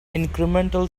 incremental